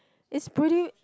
it's pretty